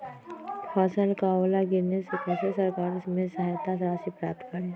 फसल का ओला गिरने से कैसे सरकार से सहायता राशि प्राप्त करें?